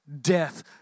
death